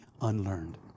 unlearned